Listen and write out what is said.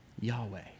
Yahweh